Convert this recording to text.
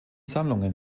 sammlungen